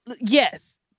Yes